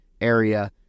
area